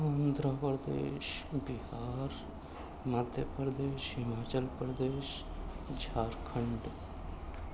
Andhra Pradesh Bihar Madhya Pradesh Himachal Pradesh Jharkhand